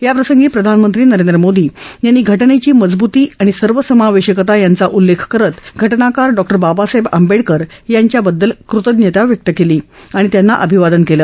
या प्रसंगी प्रधानमंत्री नरेंद्र मोदी यांनी घटनेची मजबूती आणि सर्वसमावेशकता याचा उल्लेख करत घटनाकर डॉ बाबासाहेब आंबेडकर यांच्याबद्दल कृतज्ञता व्यक्त केली आणि त्यांना अभिवादन केलं